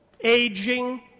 Aging